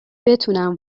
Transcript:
بتونم